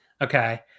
Okay